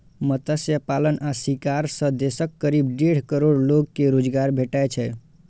मत्स्य पालन आ शिकार सं देशक करीब डेढ़ करोड़ लोग कें रोजगार भेटै छै